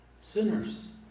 Sinners